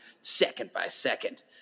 second-by-second